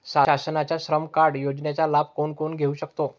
शासनाच्या श्रम कार्ड योजनेचा लाभ कोण कोण घेऊ शकतो?